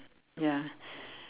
ya